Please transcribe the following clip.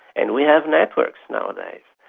and we have networks nowadays.